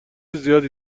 زیادی